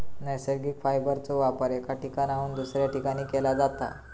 नैसर्गिक फायबरचो वापर एका ठिकाणाहून दुसऱ्या ठिकाणी केला जाता